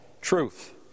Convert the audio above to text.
truth